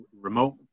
remote